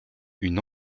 une